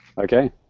Okay